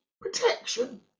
protection